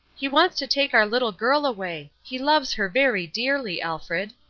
he wants to take our little girl away. he loves her very dearly, alfred,